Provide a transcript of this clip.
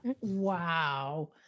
Wow